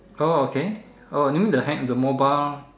oh okay oh you mean the hand the mobile